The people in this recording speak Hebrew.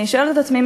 אני שואלת את עצמי,